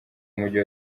w’umujyi